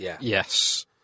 Yes